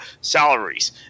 salaries